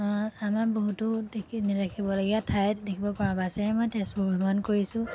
আ আমাৰ বহুতো দেখি নেদেখিবলগীয়া ঠাই দেখিব পাৰোঁ বাছেৰে মই তেজপুৰ ভ্ৰমণ কৰিছোঁ